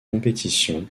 compétition